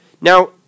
Now